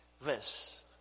verse